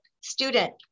student